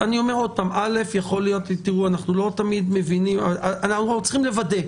אנחנו צריכים לוודא.